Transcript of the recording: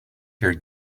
hear